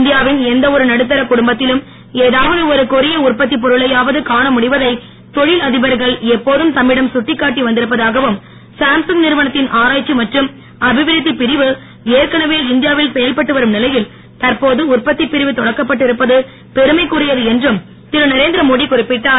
India வின் எந்த ஒரு நடுத்தரக் குடும்பத்திலும் ஏதாவது ஒரு கொரிய உற்பத்திப் பொருளையாவது காண முடிவதை தொழில் அதிபர்கள் எப்போதும் தம்மிடம் குட்டிக்காட்டி வந்திருப்பதாகவும் சாம்சங் நிறுவனத்தின் ஆராய்ச்சி மற்றும் அபிவிருத்தி பிரிவு ஏற்கனவே இந்தியா வில் செயல்பட்டு வரும் நிலையில் தற்போது உற்பத்தி பிரிவு தொடக்கப்பட்டிருப்பது பெருமைக்குரியது என்றும் திருநரேந்திர மோடி குறிப்பிட்டார்